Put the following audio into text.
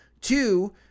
Two